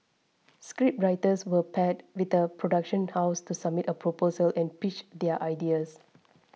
scriptwriters were paired with a production house to submit a proposal and pitch their ideas